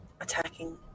attacking